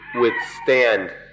withstand